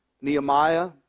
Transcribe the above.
Nehemiah